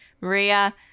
maria